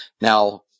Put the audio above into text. now